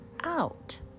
out